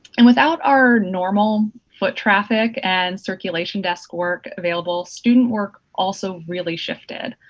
and without our normal foot traffic and circulation desk work available, student work also really shifted.